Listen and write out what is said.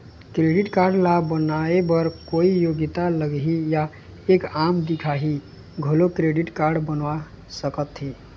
Credit card ला बनवाए बर कोई योग्यता लगही या एक आम दिखाही घलो क्रेडिट कारड बनवा सका थे?